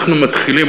אנחנו מתחילים,